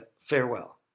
Farewell